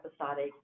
episodic